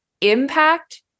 Impact